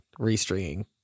restringing